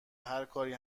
هرکاری